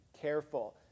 careful